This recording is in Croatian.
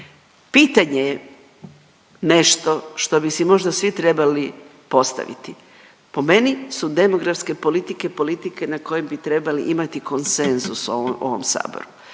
Pitanje je nešto što bi si možda svi trebali postaviti. Po meni su demografske politike, politike na kojem bi trebali imati konsenzus u ovom Saboru.